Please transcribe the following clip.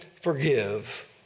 forgive